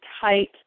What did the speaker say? tight